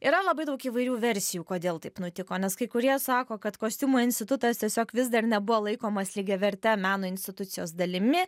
yra labai daug įvairių versijų kodėl taip nutiko nes kai kurie sako kad kostiumo institutas tiesiog vis dar nebuvo laikomas lygiaverte meno institucijos dalimi